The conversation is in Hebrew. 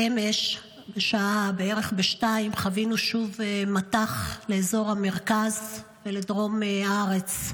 אמש בערך בשעה 02:00 חווינו שוב מטח לאזור המרכז ולדרום הארץ.